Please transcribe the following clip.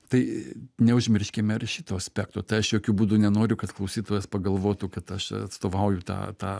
tai neužmirškime ir šito aspekto tai aš jokiu būdu nenoriu kad klausytojas pagalvotų kad aš atstovauju tą tą